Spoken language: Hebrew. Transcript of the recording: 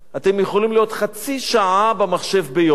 אתם יכולים להיות חצי שעה במחשב ביום.